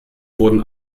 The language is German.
wurden